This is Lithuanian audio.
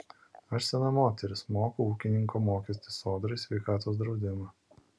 aš sena moteris moku ūkininko mokestį sodrai sveikatos draudimą